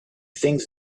things